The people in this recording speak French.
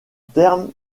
terme